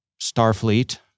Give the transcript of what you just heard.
Starfleet